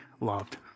loved